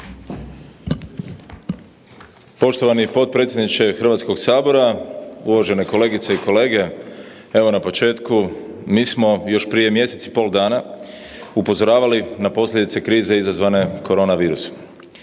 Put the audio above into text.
Poštovani potpredsjedniče Hrvatskog sabora. Uvažene kolegice i kolege. Evo na početku, mi smo još prije mjesec i pol dana upozoravali na posljedice krize izazvane korona virusom.